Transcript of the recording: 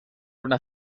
una